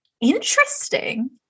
interesting